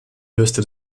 löste